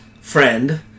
friend